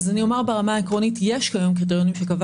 אומר ברמה העקרונית: יש היום קריטריונים שקבע